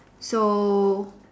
so